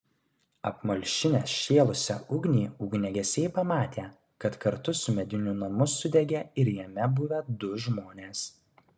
apmalšinę šėlusią ugnį ugniagesiai pamatė kad kartu su mediniu namu sudegė ir jame buvę du žmonės